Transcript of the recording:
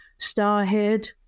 Starhead